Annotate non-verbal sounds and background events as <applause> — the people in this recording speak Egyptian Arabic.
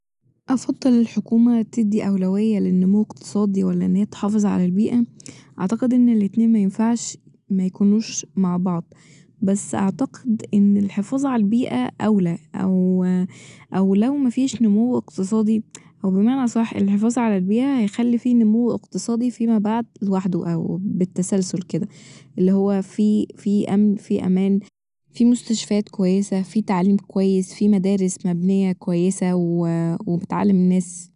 افضل الحكومة تدي أولوية للنمو اقتصادي ولا ان هي تحافظ على البيئة ، أعتقد ان الاتنين مينفعش ميكونوش مع بعض بس أعتقد إن الحفاظ ع البيئة أولى أو <hesitation> أو لو مفيش نمو اقتصادي أو بمعنى أصح الحفاظ على البيئة هيخلي في نمو اقتصادي فيما بعد لوحده أو بالتسلسل كده اللي هو في في أمن في أمان في مستشفيات كويسة في تعليم كويس في مدارس مبنية كويسة و <hesitation> وبتعلم الناس